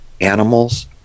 animals